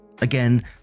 Again